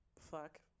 fuck